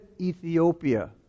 Ethiopia